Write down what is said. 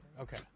okay